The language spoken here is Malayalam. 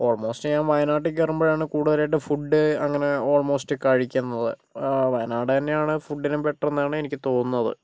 ഓൾമോസ്റ്റ് ഞാൻ വയനാട്ടിൽ കേറുമ്പോഴാണ് കൂടുതലായിട്ട് ഫുഡ് അങ്ങനെ ഓൾമോസ്റ്റ് കഴിക്കുന്നത് വയനാട് തന്നെയാണ് ഫുഡിന് ബെറ്റർ എന്നാണ് എനിക്ക് തോന്നുന്നത്